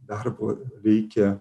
darbo reikia